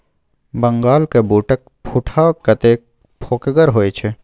बंगालक बूटक फुटहा कतेक फोकगर होए छै